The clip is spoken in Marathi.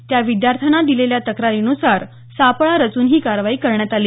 त्या विद्यार्थ्यानं दिलेल्या तक्रारीनुसार सापळा रचून ही कारवाई करण्यात आली